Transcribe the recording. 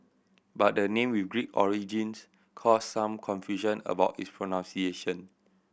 but the name with Greek origins caused some confusion about its pronunciation